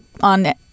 on